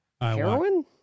Heroin